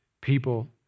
people